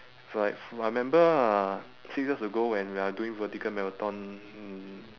like I remember ah six years ago when we are doing vertical marathon